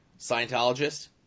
Scientologist